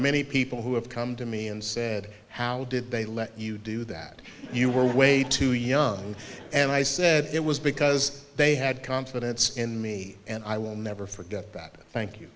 many people who have come to me and said how did they let you do that you were way too young and i said it was because they had confidence in me and i will never forget that thank you